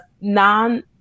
non